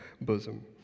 bosom